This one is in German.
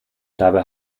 dabei